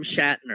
Shatner